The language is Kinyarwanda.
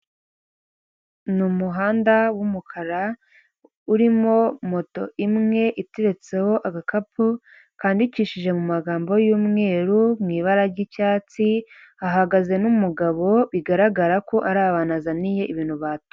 Ni umuhanda w'umukara urimo moto imwe iteretseho agakapu kandikishije mu magambo y'umweru mu ibara ry'icyatsi, hahagaze n'umugabo bigaragara ko ari abantu azaniye ibintu batu.